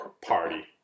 party